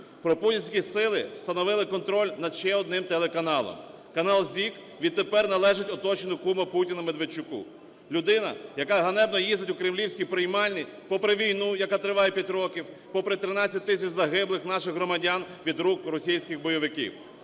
Пропутінські сили встановили контроль над ще одним телеканалом, канал ZIK відтепер належить оточенню кума Путіна Медведчуку. Людина, яка ганебно їздить у кремлівські приймальні попри війну, яка триває п'ять років, попри 13 тисяч загиблих наших громадян від рук російських бойовиків.